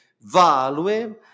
value